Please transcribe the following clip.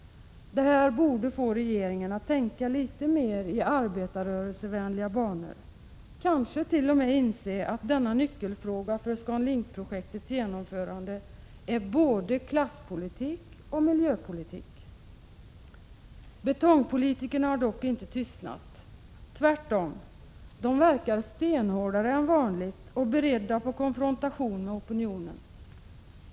Detta borde få regeringen att tänka litet mera i arbetarrörelsevänliga banor och kanske t.o.m. inse att denna nyckelfråga för ScanLink-projektets genomförande är både klasspolitisk och miljöpolitisk. Betongpolitikerna har dock inte tystnat — tvärtom. De verkar stenhårdare än vanligt och är beredda på konfrontation med opinionen.